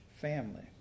family